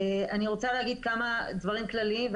אני רוצה להגיד כמה דברים כלליים,